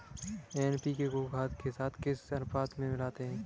NPK को खाद के साथ किस अनुपात में मिलाते हैं?